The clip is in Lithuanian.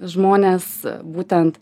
žmonės būtent